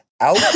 out